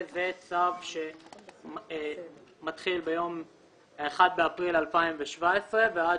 זה צו שמתחיל ביום 1 באפריל 2017 ועד